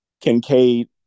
Kincaid